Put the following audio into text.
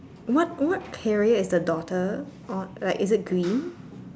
what what carrier is the daughter on like is it green